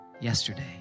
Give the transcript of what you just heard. yesterday